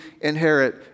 inherit